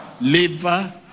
liver